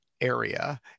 area